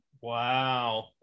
wow